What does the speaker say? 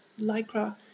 lycra